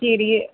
ਚਿੜੀ ਏ